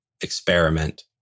Experiment